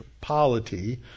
polity